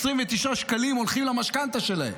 29 שקלים הולכים למשכנתה שלהם.